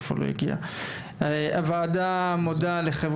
הוועדה מודה לחברי הכנסת המציעים.